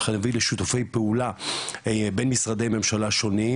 נביא לשיתופי פעולה בין משרדי ממשלה שונים,